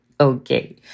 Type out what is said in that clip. Okay